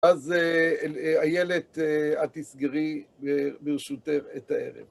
אז איילת את תסגרי ברשותך את הערב.